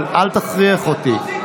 אבל אל תכריח אותי.